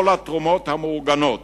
כל התרומות המאורגנות